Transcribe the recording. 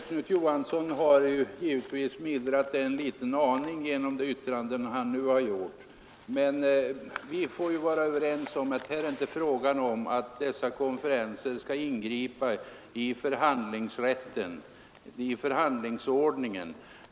Herr talman! Herr Knut Johansson mildrade sitt uttalande en aning i sin replik. Vi kan väl vara överens om att det inte är fråga om att denna konferens skall ingripa i förhandlingsordningen.